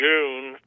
June